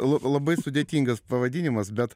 labai sudėtingas pavadinimas bet